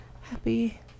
Happy